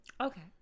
Okay